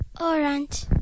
Orange